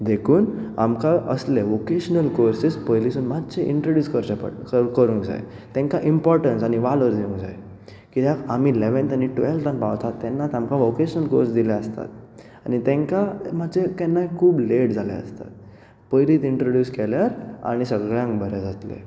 देखून आमकां असले वोकेशनल कोर्सीस पयलीं सावन मातशे इनट्रोड्यूस करचे पडटा करूंक जाय तांकां इमपोर्टंन्स आनी वालोर दिवंक जाय कित्याक आमी लेवेंन्तान आनी टुवेल्तान पावता तेन्ना आमकां वोकेशनल कोर्स दिल्ले आसता आनी तेन्ना तांकां मातशे केन्नाय खूब लेट जाले आसता पयलींच इन्ट्रोड्यूस केल्यार आमी सगल्यांक बरें जातलें